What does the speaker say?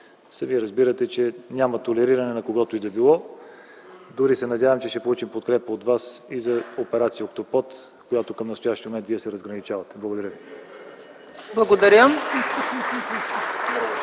сами разбирате, че няма толериране на когото и да било. Дори се надявам, че ще получим подкрепа от Вас и за операция „Октопод”, от която, към настоящия момент, Вие се разграничавате. Благодаря ви.